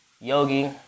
Yogi